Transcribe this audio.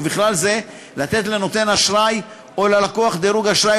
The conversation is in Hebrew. ובכלל זה לתת לנותן אשראי או ללקוח דירוג אשראי